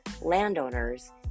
landowners